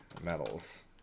medals